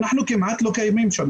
אנחנו כמעט לא קיימים שם.